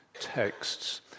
texts